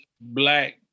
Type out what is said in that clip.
black